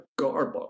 Garbo